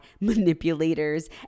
manipulators